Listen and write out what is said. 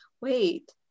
wait